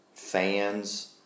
fans